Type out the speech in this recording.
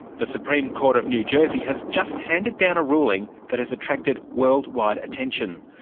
the supreme court of new jersey has just handed down a ruling that has attracted worldwide attention.